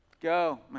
go